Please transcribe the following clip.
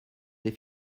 des